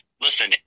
listen